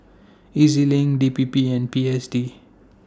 E Z LINK D P P and P S D